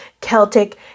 celtic